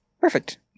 Perfect